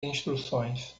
instruções